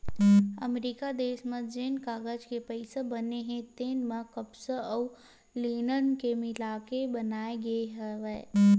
अमरिका देस म जेन कागज के पइसा बने हे तेन ह कपसा अउ लिनन ल मिलाके बनाए गे हवय